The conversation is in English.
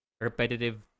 Repetitive